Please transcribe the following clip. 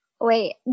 Wait